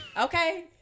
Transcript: Okay